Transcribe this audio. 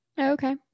Okay